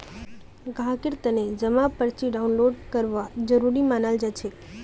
ग्राहकेर तने जमा पर्ची डाउनलोड करवा जरूरी मनाल जाछेक